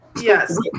Yes